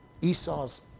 Esau's